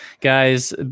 guys